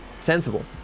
sensible